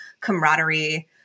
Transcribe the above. camaraderie